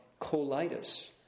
Colitis